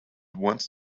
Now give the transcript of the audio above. once